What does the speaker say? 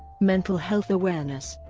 mental health awareness,